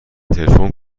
تلفن